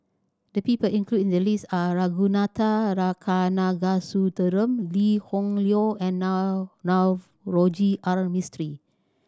the people included in the list are Ragunathar Kanagasuntheram Lee Hoon Leong and Navroji R Mistri